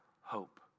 hope